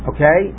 Okay